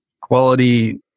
Quality